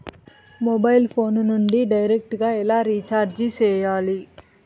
mobile phone నుండి direct గా ఎలా రీచార్జి సేయాలి